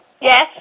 Yes